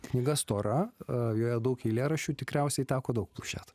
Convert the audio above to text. knyga stora a joje daug eilėraščių tikriausiai teko daug plušėt